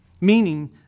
meaning